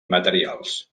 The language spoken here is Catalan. materials